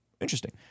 Interesting